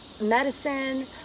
medicine